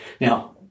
Now